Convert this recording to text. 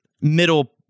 middle